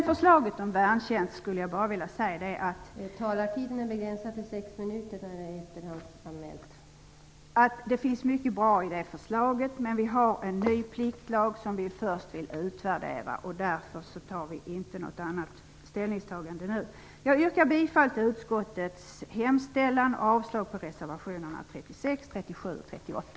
Förslaget om värntjänst innehåller mycket som är bra, men det finns nu en ny pliktlag som vi först vill utvärdera. Därför tar vi inte ställning till förslaget nu. Jag yrkar bifall till utskottets hemställan och avslag på reservationerna 36, 37 och 38.